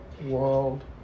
world